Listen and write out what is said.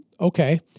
okay